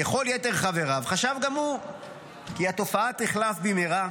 "ככל יתר חבריו חשב גם הוא כי התופעה תחלוף עד מהרה,